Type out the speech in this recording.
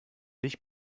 dich